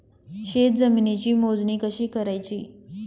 शेत जमिनीची मोजणी कशी करायची?